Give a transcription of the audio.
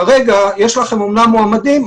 כרגע יש לכם אמנם מועמדים,